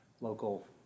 local